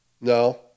No